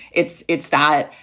it's it's that,